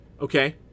Okay